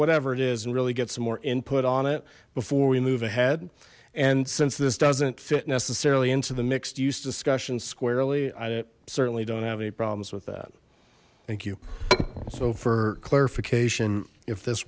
whatever it is and really get some more input on it before we move ahead and since this doesn't fit necessarily into the mixed use discussion squarely i don't certainly don't have any problems with that thank you so for clarification if this